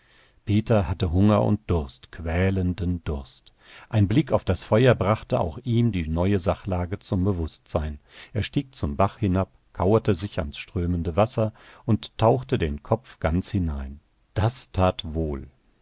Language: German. peter hatte hunger und durst quälenden durst ein blick auf das feuer brachte auch ihm die neue sachlage zum bewußtsein er stieg zum bach hinab kauerte sich ins strömende wasser und tauchte den kopf ganz hinein das tat wohl